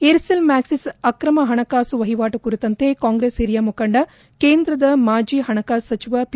Aircel Maxis ಆಕ್ರಮ ಹಣಕಾಸು ವಹಿವಾಟು ಕುರಿತಂತೆ ಕಾಂಗ್ರೆಸ್ ಹಿರಿಯ ಮುಖಂಡ ಕೇಂದ್ರ ಮಾಜಿ ಹಣಕಾಸು ಸಚಿವ ಪಿ